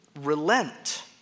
relent